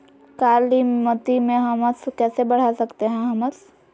कालीमती में हमस कैसे बढ़ा सकते हैं हमस?